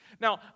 Now